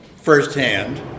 firsthand